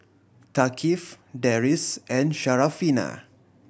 Thaqif Deris and Syarafina